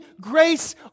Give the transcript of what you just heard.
grace